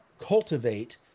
cultivate